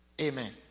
Amen